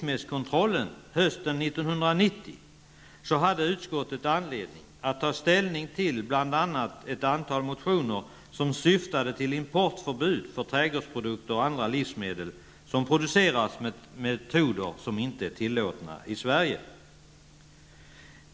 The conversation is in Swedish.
1990 hade utskottet anledning att ta ställning till bl.a. ett antal motioner som syftade till importförbud för trädgårdsprodukter och andra livsmedel som producerats med metoder som inte är tillåtna i Sverige.